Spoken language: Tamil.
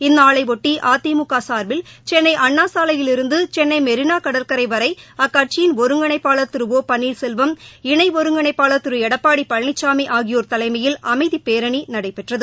இந்நாளையொட்டி அதிமுக சுர்பில் சென்னை அண்ணா சாலையில் இருந்து சென்னை மெரினா கடற்கரை வரை அக்கட்சியின் ஒருங்கிணைப்பாளர் திரு ஒ பன்னீர்செல்வம் இணை ஒருங்கிணைப்பாளர் திரு எடப்பாடி பழனிசாமி ஆகியோர் தலைமையில் அமைதிப் பேரணி நடைபெற்றது